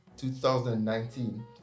2019